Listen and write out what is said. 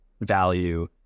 value